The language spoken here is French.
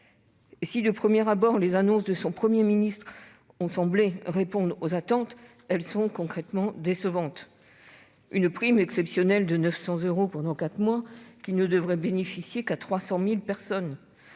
si, de prime abord, les annonces de son Premier ministre ont semblé répondre aux attentes, elles se sont révélées décevantes. Une prime exceptionnelle de 900 euros pendant quatre mois, qui ne devrait bénéficier qu'à 300 000 personnes